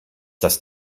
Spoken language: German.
das